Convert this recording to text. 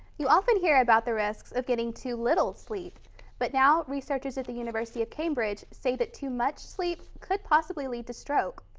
you often here about the risks of getting too little sleep but now researchers at the university of cambridge say that too much sleep could possibly lead to stroke.